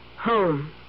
Home